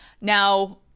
now